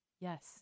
Yes